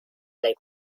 say